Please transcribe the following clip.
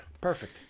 perfect